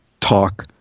talk